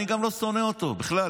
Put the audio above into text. אני גם לא שונא אותו בכלל,